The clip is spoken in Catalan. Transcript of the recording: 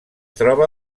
troba